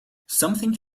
something